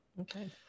Okay